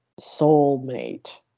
soulmate